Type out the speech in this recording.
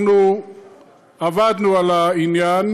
אנחנו עבדנו על העניין,